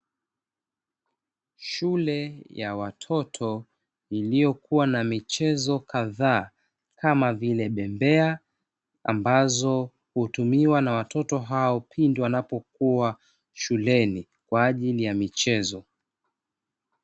Shule ya watoto iliyokuwa na michezo kadhaa, kama vile bembea, ambazo hutumiwa na watoto hao pindi wanapokuwa shuleni, kwa ajili ya michezo.